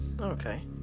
Okay